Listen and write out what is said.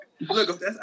Look